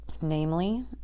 Namely